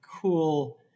cool